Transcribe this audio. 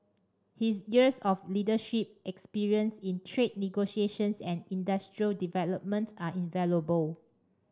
his years of leadership experience in trade negotiations and industrial development are invaluable